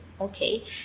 okay